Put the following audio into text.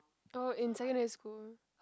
oh in secondary school